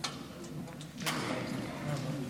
אדוני היושב-ראש, כנסת נכבדה,